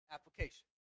Application